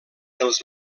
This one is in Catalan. dels